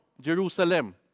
Jerusalem